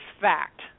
fact